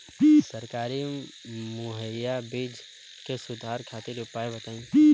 सरकारी मुहैया बीज में सुधार खातिर उपाय बताई?